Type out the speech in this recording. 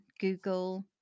Google